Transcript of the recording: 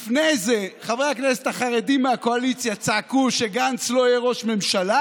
לפני זה חברי הכנסת החרדים מהקואליציה צעקו שגנץ לא יהיה ראש ממשלה,